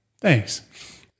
Thanks